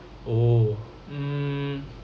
oh mm